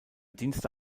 dienste